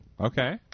Okay